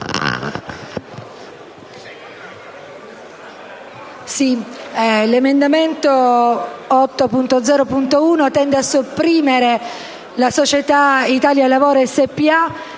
l'emendamento 8.0.1 tende a sopprimere la società Italia Lavoro Spa